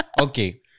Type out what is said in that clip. Okay